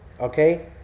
okay